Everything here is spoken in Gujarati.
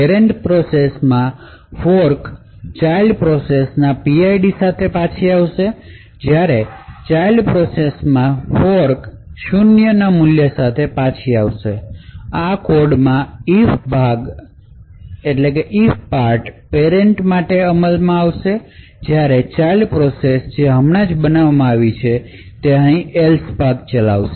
પેરેંટ પ્રોસેસ માં ફોર્ક ચાઇલ્ડ પ્રોસેસ ના PID સાથે પાછા આવશે જ્યારે ચાઇલ્ડ પ્રોસેસ માં ફોર્ક 0 ના મૂલ્ય સાથે પાછા આવશે આ કોડમાં if ભાગ પેરેંટમાટે અહીં અમલમાં આવશે જ્યારે ચાઇલ્ડ પ્રોસેસ જે હમણાં જ બનાવવામાં આવી છે તે અહીં else ચલાવશે